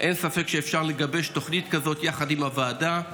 אין ספק שאפשר לגבש תוכנית כזאת יחד עם הוועדה,